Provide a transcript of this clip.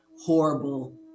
horrible